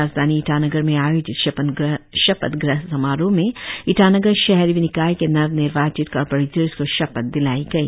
राजधानी ईटानगर में आयोजित शपथ ग्रहण समारोह में ईटानगर शहरी निकाय के नव निर्वाचित कारपोरेटर्स को शपथ दिलाई गई